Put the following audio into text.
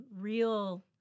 real